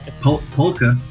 polka